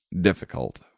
difficult